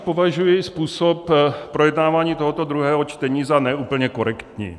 Považuji totiž způsob projednávání tohoto druhého čtení za ne úplně korektní.